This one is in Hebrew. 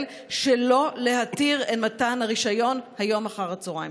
שלא להתיר מתן רישיון היום אחר הצוהריים.